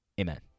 Amen